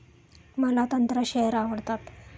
मला तंत्र शेअर आवडतात